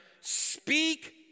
speak